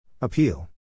Appeal